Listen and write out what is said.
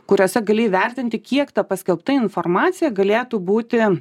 kuriose gali įvertinti kiek ta paskelbta informacija galėtų būti